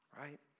right